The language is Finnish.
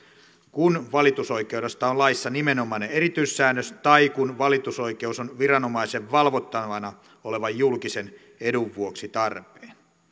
kun valitusoikeudesta on laissa nimenomainen erityissäännös tai kun valitusoikeus on viranomaisen valvottavana olevan julkisen edun vuoksi tarpeen